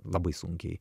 labai sunkiai